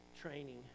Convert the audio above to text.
training